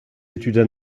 études